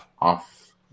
off